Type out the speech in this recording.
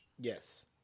Yes